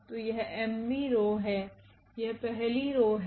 तो यहmवींरो है यह पहली रो है